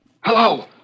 Hello